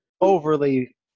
overly